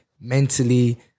mentally